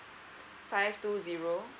five two zero